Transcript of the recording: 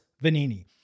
Vanini